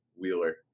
Wheeler